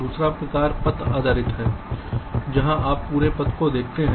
दूसरा प्रकार पथ आधारित है जहां आप पूरे पथ को देखते हैं